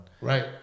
right